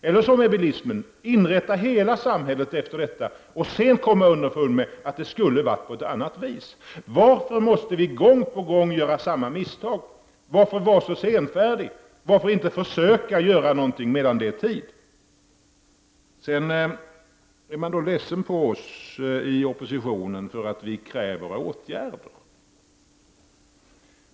Eller som med bilismen, inrätta hela samhället efter denna och sedan komma underfund med att det skulle ha varit på ett annat vis. Varför måste vi gång på gång göra samma misstag? Varför vara så senfärdiga, varför inte försöka göra någonting medan det är tid? Sedan blir man ledsen på oss i oppositionen för att vi kräver åtgärder.